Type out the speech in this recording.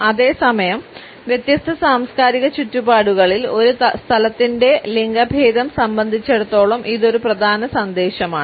അതേസമയം വ്യത്യസ്ത സാംസ്കാരിക ചുറ്റുപാടുകളിൽ ഒരു സ്ഥലത്തിന്റെ ലിംഗഭേദം സംബന്ധിച്ചിടത്തോളം ഇത് ഒരു പ്രധാന സന്ദേശമാണ്